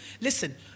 Listen